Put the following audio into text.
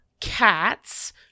cats